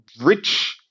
rich